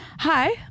Hi